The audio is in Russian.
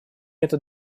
этот